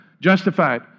justified